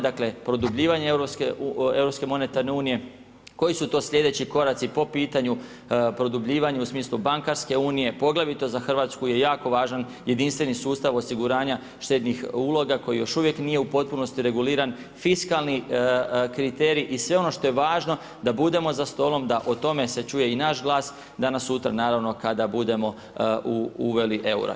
Dakle produbljivanje europske monetarne unije koji su to sljedeći koraci po pitanju produbljivanja u smislu bankarske unije, poglavito za Hrvatsku je jako važan jedinstveni sustav osiguranja štednih uloga koji još uvijek nije u potpunosti reguliran, fiskalni kriterij i sve ono što je važno da budemo za stolom, da o tome se čuje i naš glas, danas sutra naravno kada budemo uveli euro.